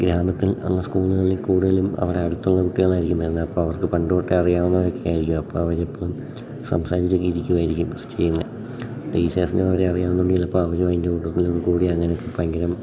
ഗ്രാമത്തിൽ ഒള്ള സ്കൂളുകളിൽ കൂടുതലും അവിടെ അടുത്തുള്ള കുട്ടികളായിരിക്കും വരുന്നത് അപ്പോൾ അവർക്ക് പണ്ട് തൊട്ടെ അറിയാവുന്നവർ ഒക്കെ ആയിരിക്കും അപ്പം അവർ എപ്പോഴും സംസാരിച്ചൊക്കെ ഇരിക്കുമായിരിക്കും ചെയ്യുന്നത് ടീച്ചേഴ്സിനു അവരെ അറിയാന്നുണ്ടേൽ ചിലപ്പോൾ അവരും അതിൻ്റെ കൂട്ടത്തിലങ്ങ് കൂടി അങ്ങനൊക്കെ ഭയങ്കരം